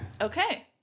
Okay